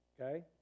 Okay